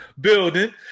building